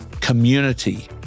community